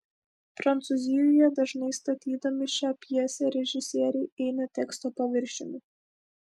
prancūzijoje dažnai statydami šią pjesę režisieriai eina teksto paviršiumi